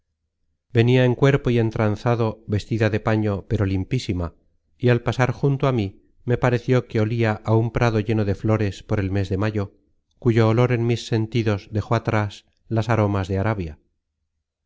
venia en cuerpo y en tranzado vestida de paño pero limpísima y al pasar junto á mí me pareció que olia á un prado lleno de flores por el mes de mayo cuyo olor en mis sentidos dejó atras las aromas de arabia